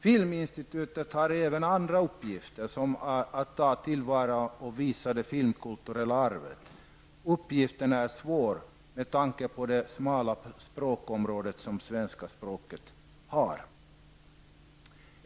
Filminstitutet har även andra uppgifter, exempelvis att ta till vara och visa det filmkulturella arvet. Den uppgiften är svår med tanke på det smala språkområde som svenska språket utgör.